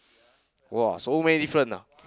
!wah! so many different ah